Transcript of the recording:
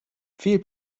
viel